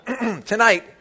tonight